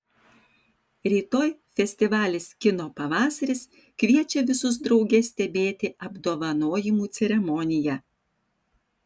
rytoj festivalis kino pavasaris kviečia visus drauge stebėti apdovanojimų ceremoniją